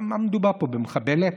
במה מדובר פה, במחבלת?